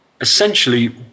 Essentially